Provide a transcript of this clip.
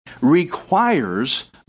Requires